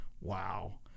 wow